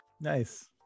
Nice